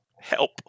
Help